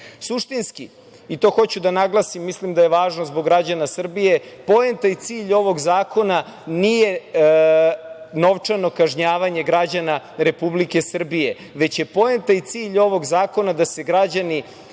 građanaSuštinski, i to hoću da naglasim, mislim da je važno zbog građana Srbije, poenta i cilj ovog zakona nije novčano kažnjavanje građana Republike Srbije, već je poenta i cilj ovog zakona da se građani